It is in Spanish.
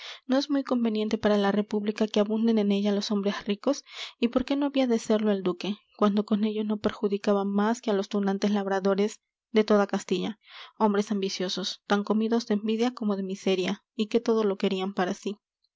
no es muy conveniente para la república que abunden en ella los hombres ricos y por qué no había de serlo el duque cuando con ello no perjudicaba más que a los tunantes labradores de toda castilla hombres ambiciosos tan comidos de envidia como de miseria y que todo lo querían para sí